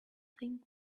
thing